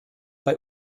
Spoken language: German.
bei